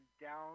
down